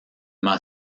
m’a